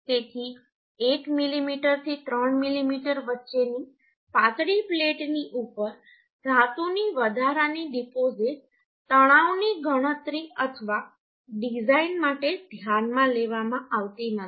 તેથી 1 મીમી થી 3 મીમી વચ્ચેની પાતળી પ્લેટની ઉપર ધાતુની વધારાની ડિપોઝિટ તણાવની ગણતરી અથવા ડિઝાઇન માટે ધ્યાનમાં લેવામાં આવતી નથી